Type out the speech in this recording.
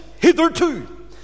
hitherto